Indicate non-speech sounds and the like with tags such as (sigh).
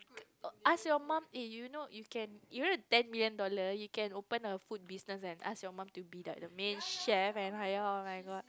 (noise) ask your mum eh you know you can you know the ten million dollar you can open a food business and ask your mum to be like the main chef and hire oh-my-god